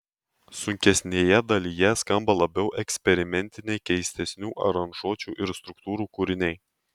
sunkesnėje dalyje skamba labiau eksperimentiniai keistesnių aranžuočių ir struktūrų kūriniai